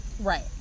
Right